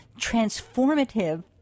transformative